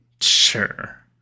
Sure